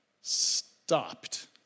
stopped